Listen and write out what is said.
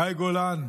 מאי גולן,